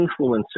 influencers